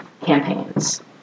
campaigns